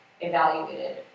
evaluated